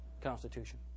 Constitution